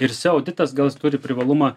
ir seo auditas gal jis turi privalumą